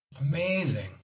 Amazing